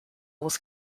was